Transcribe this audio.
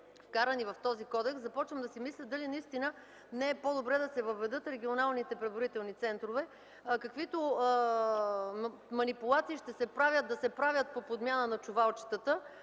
вкарани в този кодекс, започвам да си мисля дали наистина не е по-добре да се въведат регионалните преброителни центрове. Каквито манипулации ще се правят – да се правят по подмяна на чувалчетата,